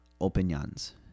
opinions